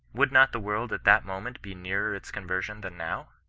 would not the world at that moment be nearer its conversion than now?